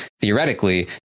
theoretically